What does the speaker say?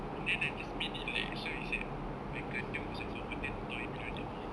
and then I just made it like so it's like the was a forgotten toy you know the dead